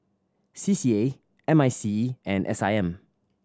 C C A M I C E and S I M